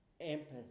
empathy